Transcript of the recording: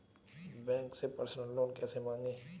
Bank से personal loan कैसे मांगें?